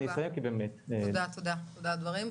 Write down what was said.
תודה על הדברים.